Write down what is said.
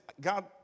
God